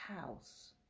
house